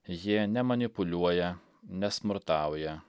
jie nemanipuliuoja nesmurtauja